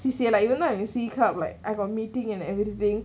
C_C_A like you know I have sea club like I got meeting and everything